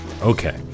okay